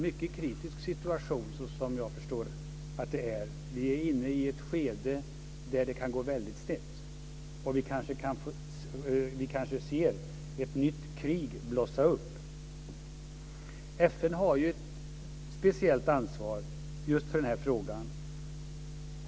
Såvitt jag förstår är det en mycket kritisk situation. Vi är inne i ett skede där det kan gå väldigt snett och vi kanske får se ett nytt krig blossa upp. FN har ett speciellt ansvar just för den här frågan.